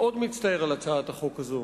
אני מאוד מצטער על הצעת החוק הזאת.